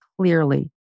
clearly